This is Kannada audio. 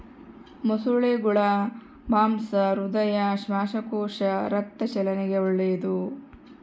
ಮೊಸಳೆಗುಳ ಮಾಂಸ ಹೃದಯ, ಶ್ವಾಸಕೋಶ, ರಕ್ತ ಚಲನೆಗೆ ಒಳ್ಳೆದು